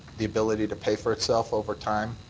the ability to pay for itself over time?